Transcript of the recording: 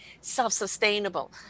self-sustainable